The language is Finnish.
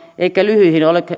eikä lyhyihin